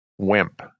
wimp